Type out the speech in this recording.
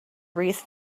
wreath